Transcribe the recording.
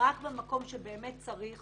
רק במקום שבאמת צריך